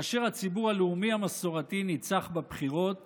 כאשר הציבור הלאומי המסורתי ניצח בבחירות